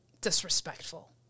disrespectful